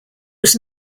was